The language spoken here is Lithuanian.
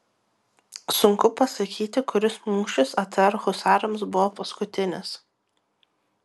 sunku pasakyti kuris mūšis atr husarams buvo paskutinis